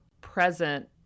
present